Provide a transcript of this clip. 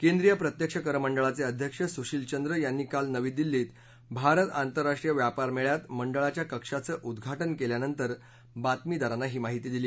केंद्रिय प्रत्यक्ष कर मंडळाचे अध्यक्ष सुशीलचंद्र यांनी काल नवी दिल्ली धिं भारत आंतरराष्ट्रीय व्यापार मेळ्यात मंडळाच्या कक्षाचं उद्घाटन केल्यानंतर बातमीदारांना ही माहिती दिली